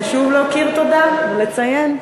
חשוב להכיר תודה ולציין.